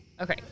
Okay